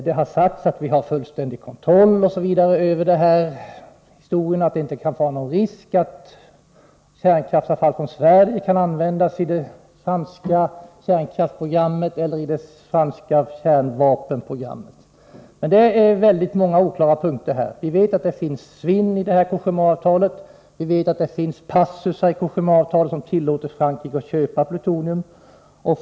Det har sagts att vi har fullständig kontroll och att det inte finns någon risk för att kärnkraftsavfall från Sverige kan användas i det franska kärnkraftseller kärnvapenprogrammet. Men vi vet att det finns svinn och passusar i Cogéma-avtalet, som tillåter Frankrike att köpa plutonium.